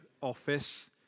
office